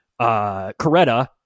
Coretta